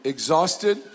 Exhausted